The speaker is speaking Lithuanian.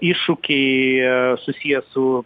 iššūkiai susiję su